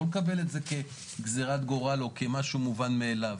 לא לקבל את זה כגזרת גורל או כמשהו מובן מאליו.